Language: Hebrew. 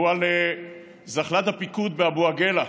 הוא על זחל"ד הפיקוד באבו עגילה,